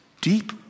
deep